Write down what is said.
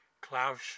Klaus